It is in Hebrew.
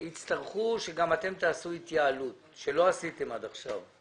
שגם אתם תצטרכו לעשות התייעלות שלא עשיתם עד עכשיו.